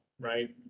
Right